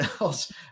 else